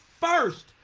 first